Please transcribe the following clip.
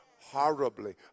Horribly